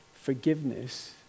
Forgiveness